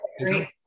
great